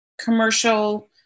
commercial